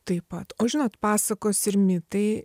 taip pat o žinot pasakos ir mitai